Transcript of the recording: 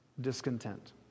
discontent